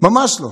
ממש לא.